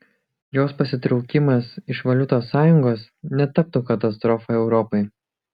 jos pasitraukimas iš valiutos sąjungos netaptų katastrofa europai